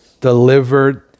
delivered